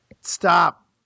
Stop